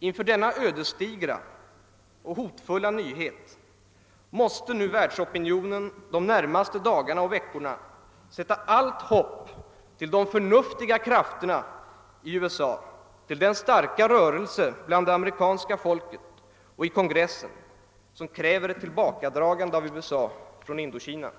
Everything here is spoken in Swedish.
Inför denna ödesdigra och hotfulla nyhet måste nu världsopinionen de närmaste dagarna och veckorna sätta allt hopp till de förnuftiga krafterna i USA, till den starka rörelse inom det amerikanska folket och i kongressen, som kräver att USA drar sig tillbaka från Indokina.